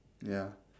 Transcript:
ya